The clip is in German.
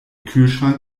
kühlschrank